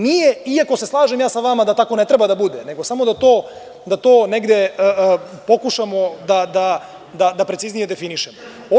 Nije, iako se slažem sa vama da tako ne treba da bude, nego samo da to negde pokušamo da preciznije definišemo.